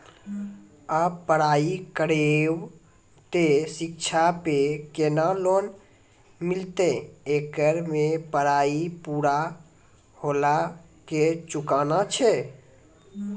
आप पराई करेव ते शिक्षा पे केना लोन मिलते येकर मे पराई पुरा होला के चुकाना छै?